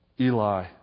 Eli